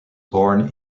born